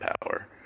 power